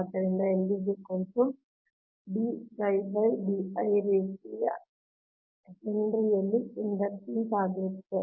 ಆದ್ದರಿಂದ ರೇಖೀಯಕ್ಕೆ ಹೆನ್ರಿನಲ್ಲಿ ಇಂಡಕ್ಟನ್ಸ್ ಆಗಿರುತ್ತದೆ